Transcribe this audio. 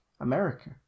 America